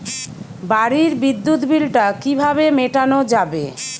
বাড়ির বিদ্যুৎ বিল টা কিভাবে মেটানো যাবে?